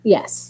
Yes